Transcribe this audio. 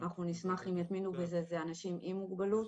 אנחנו נשמח אם יתמידו בזה, זה אנשים עם מוגבלות